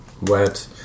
wet